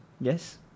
Yes